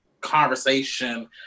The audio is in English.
conversation